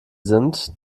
sind